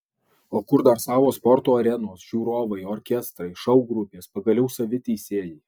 o kur dar savos sporto arenos žiūrovai orkestrai šou grupės pagaliau savi teisėjai